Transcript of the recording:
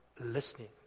listening